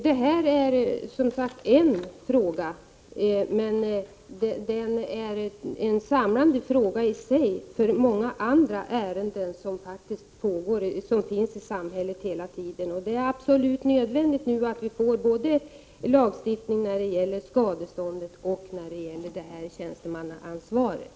Det här är som sagt en fråga, men den är en samlande fråga för ärenden som hela tiden pågår i vårt samhälle. Det är absolut nödvändigt att vi nu får en lagstiftning både när det gäller skadestånd och när det gäller tjänstemannaansvaret.